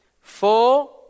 Four